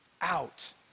out